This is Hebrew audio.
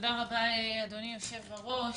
תודה רבה, אדוני יושב-הראש.